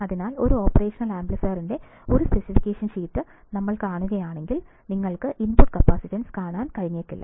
അതിനാൽ ഒരു ഓപ്പറേഷണൽ ആംപ്ലിഫയറിന്റെ ഒരു സ്പെസിഫിക്കേഷൻ ഷീറ്റ് ഞങ്ങൾ കാണുമ്പോൾ നിങ്ങൾക്ക് ഇൻപുട്ട് കപ്പാസിറ്റൻസ് കാണാൻ കഴിഞ്ഞേക്കില്ല